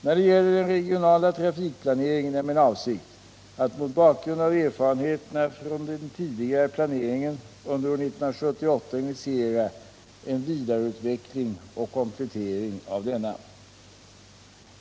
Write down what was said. När det gäller den regionala trafikplaneringen är min avsikt att under år 1978 mot bakgrund av erfarenheterna från den tidigare planeringen initiera en vidareutveckling och komplettering av denna.